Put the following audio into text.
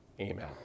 Amen